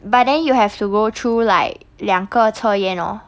but then you have to go through like 两个测验噢